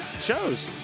Shows